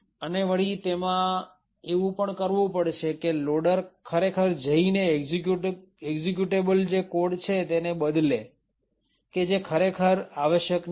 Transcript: અને વળી તેમાં એવું પણ કરવું પડશે કે લોડર ખરેખર જઈને એક્ઝિક્યુટેબલ કોડ ને બદલે કે જે ખરેખર આવશ્યક નથી